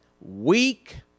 weak